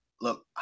Look